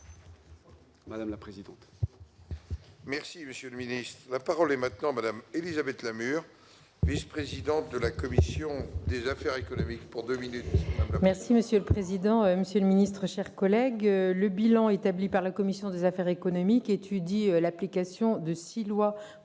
Madame la présidente,